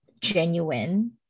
genuine